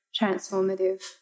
transformative